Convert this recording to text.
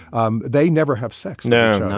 um they never have sex now.